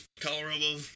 Colorado